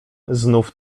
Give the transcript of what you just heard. znów